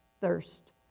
thirst